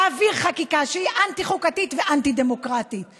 להעביר חקיקה שהיא אנטי-חוקתית ואנטי-דמוקרטית,